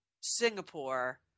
Singapore –